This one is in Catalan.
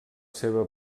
seva